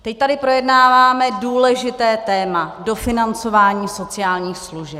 Teď tady projednáváme důležité téma dofinancování sociálních služeb.